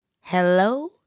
Hello